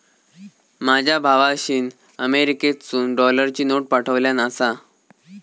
माझ्या भावाशीन अमेरिकेतसून डॉलरची नोट पाठवल्यान आसा